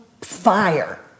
fire